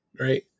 right